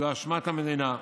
זו אשמת המדינה.